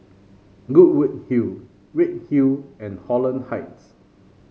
Goodwood Hill Redhill and Holland Heights